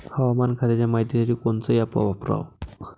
हवामान खात्याच्या मायतीसाठी कोनचं ॲप वापराव?